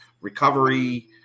recovery